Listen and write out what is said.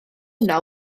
yna